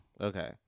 Okay